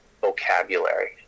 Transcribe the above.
vocabulary